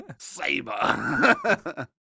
Saber